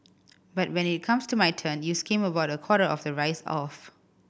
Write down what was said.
but when it comes to my turn you skim about a quarter of the rice off